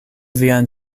vian